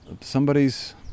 somebody's